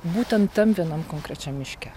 būtent tam vienam konkrečiam miške